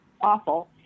awful